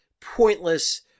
pointless